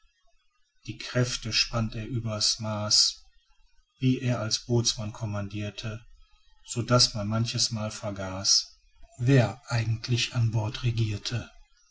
die kräfte spannt er übers maaß wie er als bootsmann kommandierte so daß man manches mal vergaß wer eigentlich an bord regierte